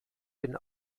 bin